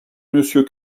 monsieur